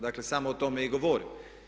Dakle, samo o tome i govorim.